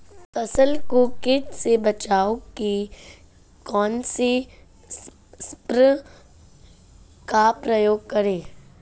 फसल को कीट से बचाव के कौनसे स्प्रे का प्रयोग करें?